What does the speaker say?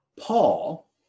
Paul